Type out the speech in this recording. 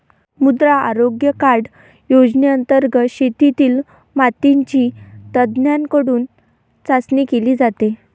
मृदा आरोग्य कार्ड योजनेंतर्गत शेतातील मातीची तज्ज्ञांकडून चाचणी केली जाते